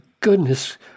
goodness